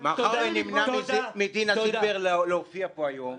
אדוני, מאחר שנמנע מדינה זילבר להופיע פה היום,